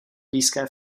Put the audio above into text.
blízké